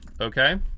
Okay